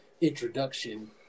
introduction